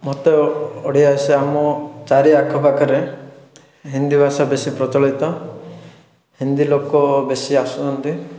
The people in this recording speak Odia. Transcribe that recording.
ମୋତେ ଓଡ଼ିଆ ଆସେ ଆମ ଚାରି ଆଖପାଖରେ ହିନ୍ଦୀ ଭାଷା ବେଶି ପ୍ରଚଳିତ ହିନ୍ଦୀ ଲୋକ ବେଶି ଆସୁଛନ୍ତି